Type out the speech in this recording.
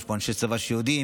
יש פה אנשי צבא שיודעים,